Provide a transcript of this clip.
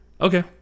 Okay